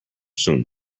soon